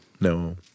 No